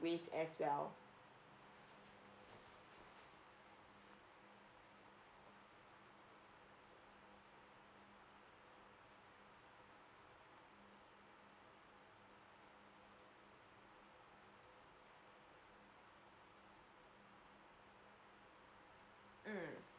waived as well mm